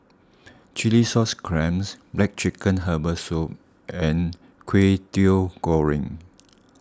Chilli Sauce Clams Black Chicken Herbal Soup and Kway Teow Goreng